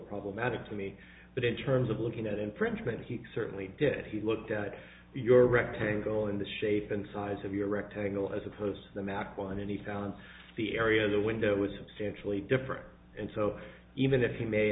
problematic to me but in terms of looking at infringement he certainly did he looked at your rectangle in the shape and size of your rectangle as opposed to the macro and any found the area of the window is substantially different and so even if you may